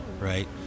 right